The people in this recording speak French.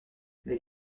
les